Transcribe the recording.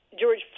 George